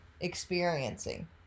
experiencing